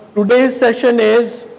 today's session is